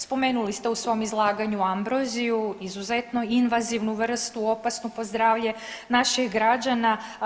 Spomenuli ste u svom izlaganju ambroziju izuzetno invazivnu vrstu, opasnu po zdravlje naših građana.